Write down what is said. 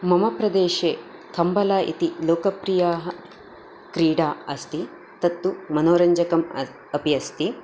मम प्रदेशे कम्बल इति लोकप्रिया क्रीडा अस्ति तत्तु मनोरञ्जकम् अपि अस्ति